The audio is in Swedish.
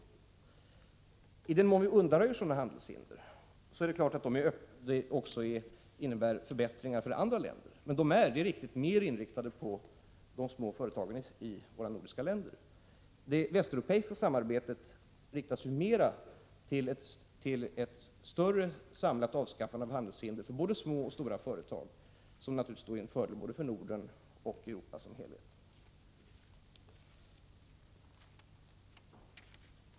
I den mån vi kan undanröja sådana handelshinder är det klart att det också skulle innebära förbättringar för andra länder, men arbetet är mer inriktat på de små företagen i de nordiska länderna. Det västeuropeiska samarbetet riktar sig mera till ett större, samlat avskaffande av handelshinder, för både små och stora företag, vilket naturligtvis är en fördel både för Norden och Europa som helhet.